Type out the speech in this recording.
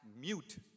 mute